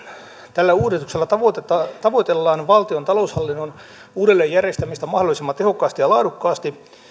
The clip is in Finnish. tällä uudistuksella tavoitellaan valtion taloushallinnon uudelleen järjestämistä mahdollisimman tehokkaasti ja laadukkaasti